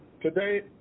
Today